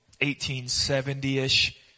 1870-ish